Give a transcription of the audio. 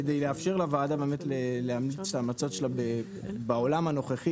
כדי לאפשר לוועדה באמת להמליץ את ההמלצות שלה בעולם הנוכחי